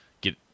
get